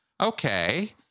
okay